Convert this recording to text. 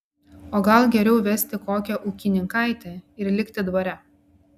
o gal geriau vesti kokią ūkininkaitę ir likti dvare